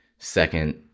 Second